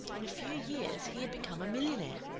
in a few years, he had become a millionaire.